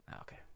Okay